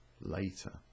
later